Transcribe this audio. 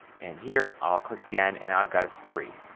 and here i'll click again and i've got a three.